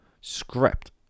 script